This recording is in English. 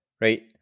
right